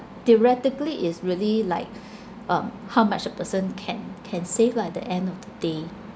theoretically is really like um how much the person can can save lah at the end of the day